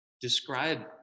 describe